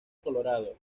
colorado